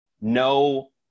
no